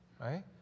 right